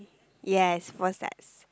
yes for that